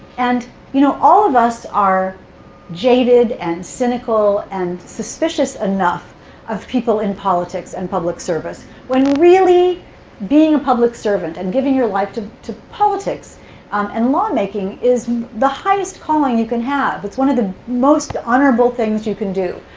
and you know, all of us are jaded and cynical and suspicious enough of people in politics and public service, when really being a public servant and giving your life to to politics um and lawmaking is the highest calling you can have. it's one of the most honorable things you can do.